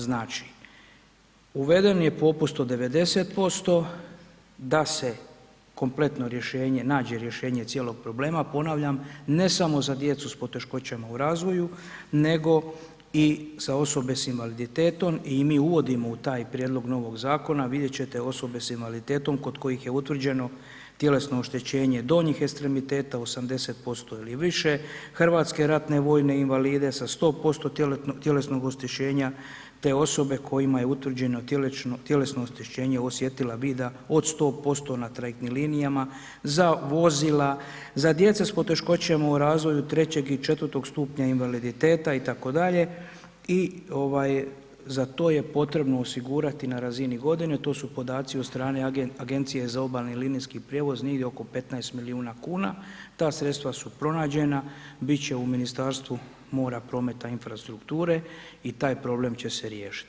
Znači, uveden je popust od 90% da se kompletno nađe rješenje cijelog problema, ponavljam ne samo za djecu sa poteškoćama u razvoju nego i za osobe sa invaliditetom i mi uvidimo u taj prijedlog novog zakona, vidjet ćete osobe sa invaliditetom kod kojih je utvrđeno tjelesno oštećenje donjih ekstremiteta 80% ili više, hrvatske ratne vojne invalide sa 100% tjelesnog oštećenja te osobe kojima je utvrđeno tjelesno oštećenje osjetila vida od 100% na trajektnim linijama za vozila, za djecu sa poteškoćama u razvoju III. i IV. stupnja invaliditeta itd. i za to je potrebno osigurati na razini godine, to su podaci od strane Agencije za obalni i linijski prijevoz nego oko 15 milijuna kuna, ta sredstva su pronađena, bit će u Ministarstvu mora, prometa i infrastrukture i taj problem će se riješiti.